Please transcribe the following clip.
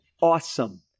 awesome